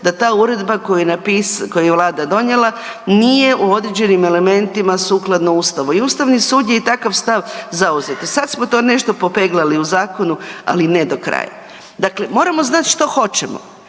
da ta uredba koju je vlada donijela nije u određenim elementima sukladno Ustavu i Ustavni sud je takav stav zauzeo. Sad smo to nešto popeglali u zakonu, ali ne do kraja. Dakle, moramo znati što hoćemo,